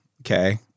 Okay